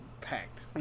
packed